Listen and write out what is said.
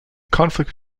conflict